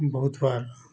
ବହୁତ ବାର